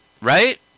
right